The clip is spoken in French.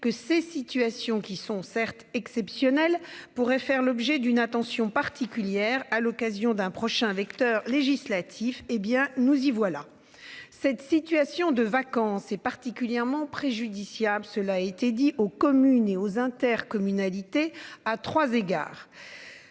que ces situations qui sont certes exceptionnel pourrait faire l'objet d'une attention particulière à l'occasion d'un prochain vecteur législatif, hé bien nous y voilà. Cette situation de vacances et particulièrement préjudiciable. Cela a été dit aux communes et aux intercommunalités à 3 égards.